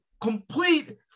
complete